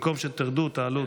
במקום שתרדו ותעלו,